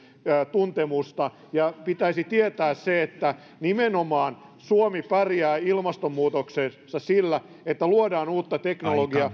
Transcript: tuntemusta ja pitäisi tietää se että nimenomaan suomi pärjää ilmastonmuutoksessa sillä että luodaan uutta teknologiaa ja